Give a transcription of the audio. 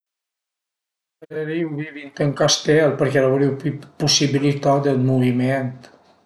Preferirìu vivi ënt ën castel perché l'aurìu pi 'd pusibilità dë muviment